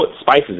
spices